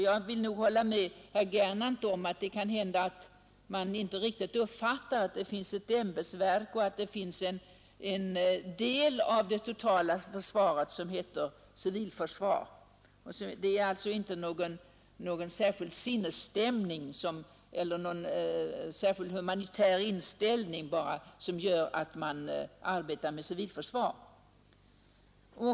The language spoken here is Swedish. Jag vill nog hålla med herr Gernandt om att det kan hända att alla inte riktigt uppfattar att det finns ett ämbetsverk för civilförsvaret och att en del av det totala försvaret heter civilförsvar. Det är inte bara humanitär inställning som får somliga att arbeta med civilförsvar.